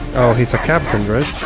oh he's a captain, right?